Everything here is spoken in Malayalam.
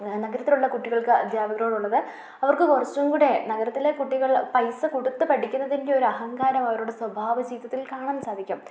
നഗരത്തിലുള്ള കുട്ടികൾക്ക് അധ്യാപകരോടുള്ളത് അവർക്ക് കുറച്ചുംകൂടെ നഗരത്തിലെ കുട്ടികൾ പൈസ കൊടുത്ത് പഠിക്കുന്നതിൻ്റെ ഒരു അഹങ്കാരം അവരുടെ സ്വഭാവജീവിതത്തിൽ കാണാൻ സാധിക്കും